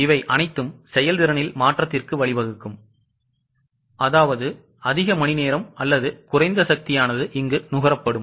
இவை அனைத்தும் செயல்திறனில் மாற்றத்திற்கு வழிவகுக்கும்அதாவது அதிக மணிநேரம் அல்லது குறைந்த சக்தி நுகரப்படும்